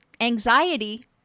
anxiety